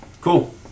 Cool